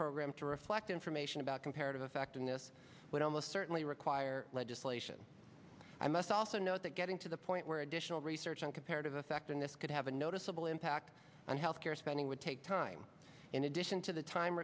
program to reflect information about comparative effectiveness would almost certainly require legislation i must also note that getting to the point where additional research and comparative effectiveness could have a noticeable impact on health care spending would take time in addition to the time